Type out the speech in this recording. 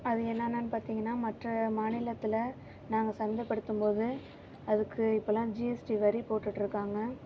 அது என்னன்ன பார்த்திங்கன்னா மற்ற மாநிலத்தில் நாங்கள் சந்தை படுத்தும்போது அதுக்கு இப்போலான் ஜிஎஸ்டி வரி போட்டுகிட்ருக்காங்க